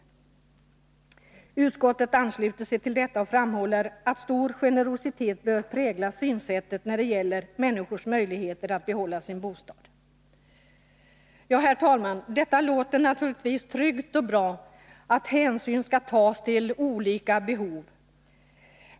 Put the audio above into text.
Utskottet ansluter sig till den uppfattningen och framhåller att stor generositet bör prägla synsättet när det gäller människors möjligheter att behålla sin bostad. Herr talman! Allt detta låter naturligtvis tryggt och bra — att hänsyn skall tas till olika behov.